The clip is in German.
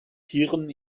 tieren